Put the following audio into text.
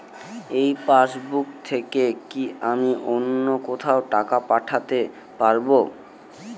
এই পাসবুক থেকে কি আমি অন্য কোথাও টাকা পাঠাতে পারব?